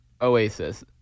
Oasis